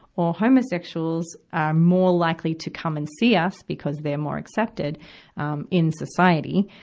or homosexuals are more likely to come and see us because they're more accepted um in society,